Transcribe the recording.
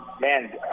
Man